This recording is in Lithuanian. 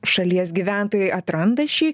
šalies gyventojai atranda šį